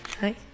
Hi